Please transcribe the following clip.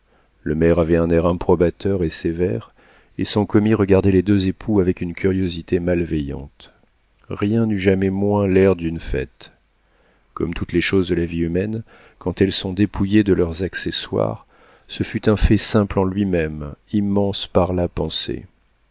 le maire avait un air improbateur et sévère et son commis regardait les deux époux avec une curiosité malveillante rien n'eut jamais moins l'air d'une fête comme toutes les choses de la vie humaine quand elles sont dépouillées de leurs accessoires ce fut un fait simple en lui-même immense par la pensée